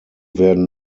werden